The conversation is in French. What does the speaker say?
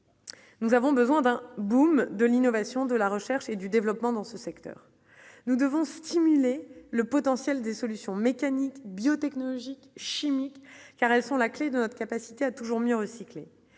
Nous avons besoin d'un boom de l'innovation, de la recherche et du développement dans ce secteur, nous devons stimuler le potentiel des solutions mécaniques biotechnologiques chimique car elles sont la clef de notre capacité à toujours mieux recycler,